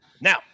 now